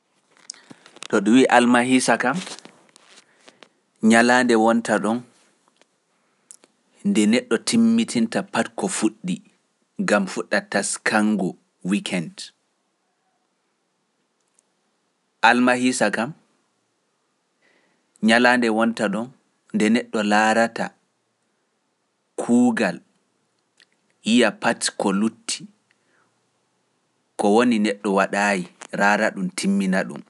To ɗum wiiya Almahisa kam, ñalaande wonta ɗon nde neɗɗo timmitinta pati ko fuɗɗi, gam fuɗɗa laarata kuugal, iya pati ko lutti, ko woni neɗɗo waɗaayi, raara ɗum timmina ɗum.